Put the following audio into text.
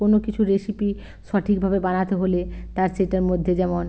কোনো কিছু রেসিপি সঠিকভাবে বানাতে হলে তার সেটার মধ্যে যেমন